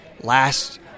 last